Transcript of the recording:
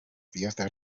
fiesta